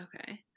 Okay